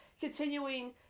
continuing